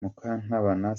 mukantabana